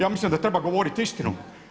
Ja mislim da treba govoriti istinu.